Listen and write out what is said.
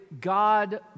God